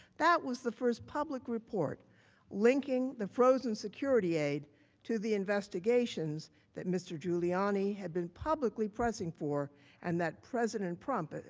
that was the first public report linking the frozen security eight to the investigation that mr. giuliani had been publicly pressing for and that president trump,